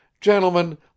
Gentlemen